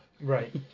right